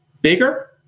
bigger